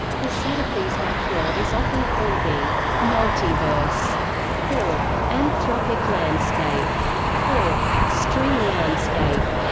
the set of these vacua is often called the multiverse or anthropic landscape or string landscape.